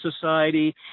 society